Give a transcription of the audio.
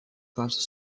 costa